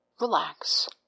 relax